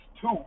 two